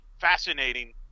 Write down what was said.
fascinating